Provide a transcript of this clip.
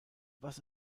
was